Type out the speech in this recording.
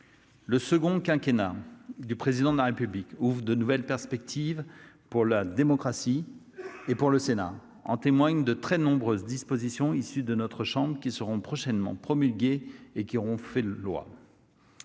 le second quinquennat du Président de la République ouvre de nouvelles perspectives pour la démocratie et pour le Sénat. En témoignent les très nombreuses dispositions issues de notre chambre qui seront prochainement promulguées et qui auront force de loi.